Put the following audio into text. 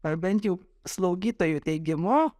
ar bent jau slaugytojų teigimu